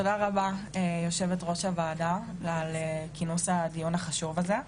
תודה רבה ליושבת ראש הוועדה על כינוס הדיון החשוב הזה.